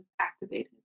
activated